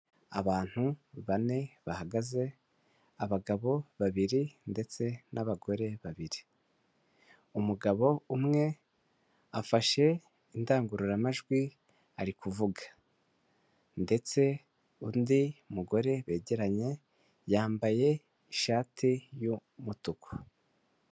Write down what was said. Abantu bane bahagaze abagabo babiri ndetse n'abagore babiri, umugabo umwe afashe indangururamajwi arivuga ndetse undi mugore begeranye yambaye ishati y'umutuku.